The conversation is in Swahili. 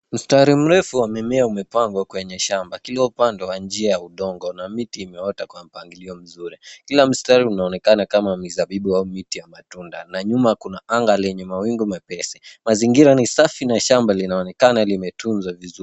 Mstari mrefu wa mimea umepangwa kwenye shamba iliyopandwa kwa njia ya udongo na miti imeota kwa mpangilio mzuri. Kila mstari unaonekana kama mizabibu au miti ya matunda na nyuma kuna anga lenye mawingu mepesi. Mazingira ni safi na shamba linaonekana limetunzwa vizuri.